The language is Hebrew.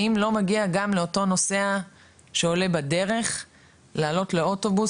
האם לא מגיע גם לאותו נוסע שעולה בדרך לעלות לאוטובוס